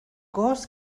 gos